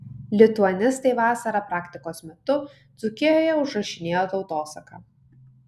lituanistai vasarą praktikos metu dzūkijoje užrašinėjo tautosaką